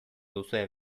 duzue